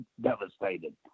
devastated